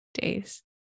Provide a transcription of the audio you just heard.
days